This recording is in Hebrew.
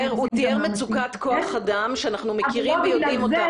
הוא תיאר מצוקת כוח אדם שאנחנו מכירים ויודעים אותה.